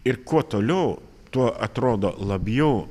ir kuo toliau tuo atrodo labiau